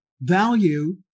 Value